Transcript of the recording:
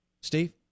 Steve